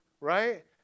right